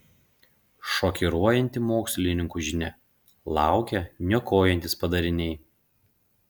šokiruojanti mokslininkų žinia laukia niokojantys padariniai